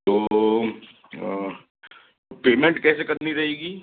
तो पेमेंट कैसे करनी रहेगी